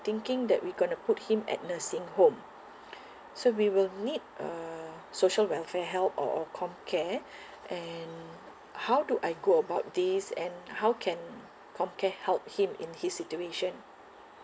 thinking that we're going to put him at nursing home so we will need uh social welfare help or or comcare and how do I go about this and how can comcare help him in his situation